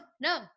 no